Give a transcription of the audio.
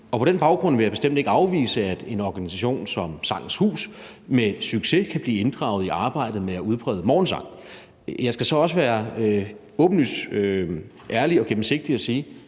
på den baggrund vil jeg bestemt ikke afvise, at en organisation som Sangens Hus med succes kan blive inddraget i arbejdet med at udbrede morgensang. Jeg skal så også være helt åben, ærlig og klar og sige,